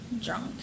drunk